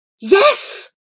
Yes